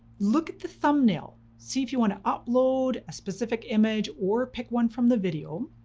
look at the thumbnail, see if you want to upload a specific image or pick one from the video.